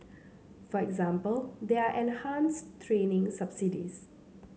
for example there are enhanced training subsidies